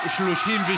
התשע"ו 2016,